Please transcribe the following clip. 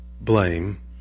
blame